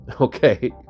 Okay